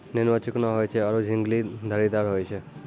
नेनुआ चिकनो होय छै आरो झिंगली धारीदार होय छै